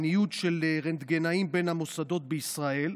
הניוד של רנטגנאים בין המוסדות בישראל,